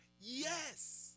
Yes